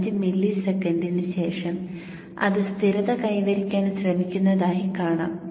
5 മില്ലിസെക്കന്റിന് ശേഷം അത് സ്ഥിരത കൈവരിക്കാൻ ശ്രമിക്കുന്നതായി കാണാം